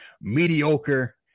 Mediocre